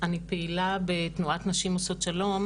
אני פעילה בתנועת נשים עושות שלום,